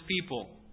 people